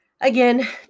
again